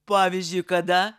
pavyzdžiui kada